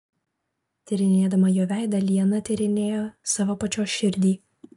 tyrinėdama jo veidą liana tyrinėjo savo pačios širdį